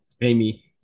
Amy